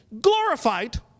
glorified